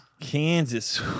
Kansas